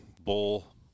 Bull